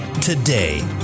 today